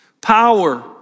power